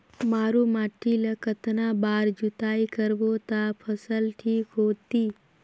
मारू माटी ला कतना बार जुताई करबो ता फसल ठीक होती?